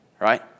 Right